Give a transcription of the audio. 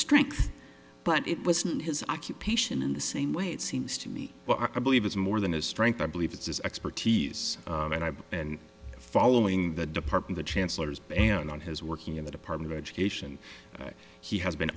strength but it wasn't his occupation in the same way it seems to me but i believe it's more than a strength i believe it's his expertise and i've been following the department chancellor's ban on his working in the department of education he has been